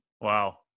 Wow